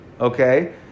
okay